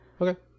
Okay